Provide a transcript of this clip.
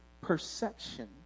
perception